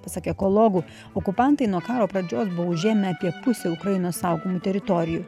pasak ekologų okupantai nuo karo pradžios buvo užėmę apie pusę ukrainos saugomų teritorijų